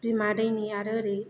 बिमा दैनि आरो ओरै